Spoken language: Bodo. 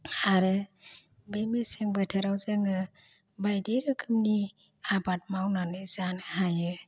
आरो बे मेसें बोथोराव जोङो बायदि रोखोमनि आबाद मावनानै जानो हायो